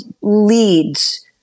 leads